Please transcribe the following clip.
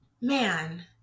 man